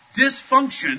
dysfunction